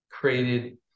created